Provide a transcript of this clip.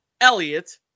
Elliot